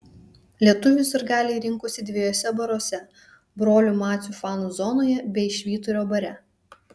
lietuvių sirgaliai rinkosi dviejuose baruose brolių macių fanų zonoje bei švyturio bare